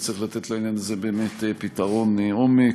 וצריך לתת לעניין הזה באמת פתרון עומק,